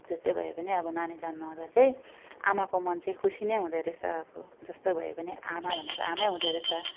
जस्तै भए पनि अब नानी जन्माउँदा चाहिँ आमाको मन चाहिँ खुसी नै हुँदोरहेछ अब जस्तो भए पनि आमा भनेको आमै हुँदोरहेछ